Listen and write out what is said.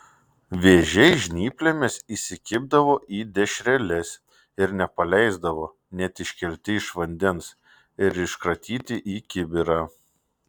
vėžiai žnyplėmis įsikibdavo į dešreles ir nepaleisdavo net iškelti iš vandens ir iškratyti į kibirą